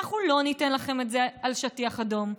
אנחנו לא ניתן לכם את זה על שטיח אדום.